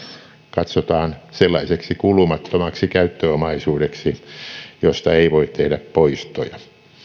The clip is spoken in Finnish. katsotaan sellaiseksi kulumattomaksi käyttöomaisuudeksi josta ei voi tehdä poistoja